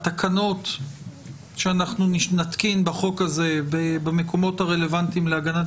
התקנות שאנחנו נתקין בחוק הזה במקומות הרלוונטיים להגנת